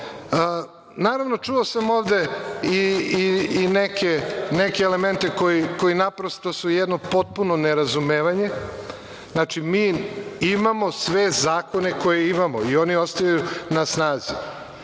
čuo sam ovde i neke elemente koji su naprosto jedno potpuno nerazumevanje. Znači mi imamo sve zakone koje imamo i oni ostaju na snazi.